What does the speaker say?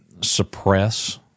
suppress